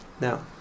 Now